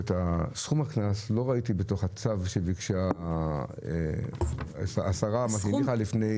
סכום הקנס לא ראיתי בתוך הצו שביקשה השרה --- אדוני,